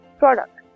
product